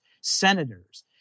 senators